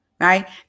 right